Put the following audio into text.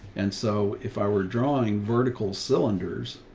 and so if i were drawing vertical cylinders,